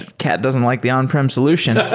cat doesn't like the on-prem solution.